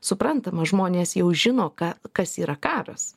suprantama žmonės jau žino ka kas yra karas